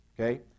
Okay